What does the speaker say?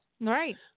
Right